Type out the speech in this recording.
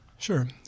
Sure